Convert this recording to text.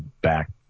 back